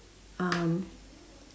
um